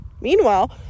meanwhile